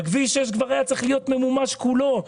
כביש 6 כבר היה צריך להיות ממומש כולו,